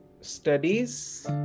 studies